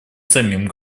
самим